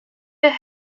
der